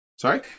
Sorry